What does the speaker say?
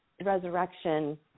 resurrection